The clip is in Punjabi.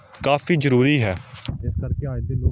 ਕਾਫੀ ਜ਼ਰੂਰੀ ਹੈ